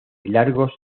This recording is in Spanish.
largos